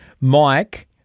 Mike